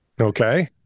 Okay